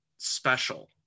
special